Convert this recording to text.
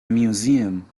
museum